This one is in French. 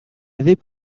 avaient